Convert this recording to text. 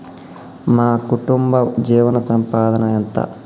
మా కుటుంబ జీవన సంపాదన ఎంత?